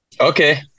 Okay